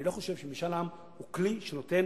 אני לא חושב שמשאל העם הוא כלי שנותן